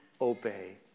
obey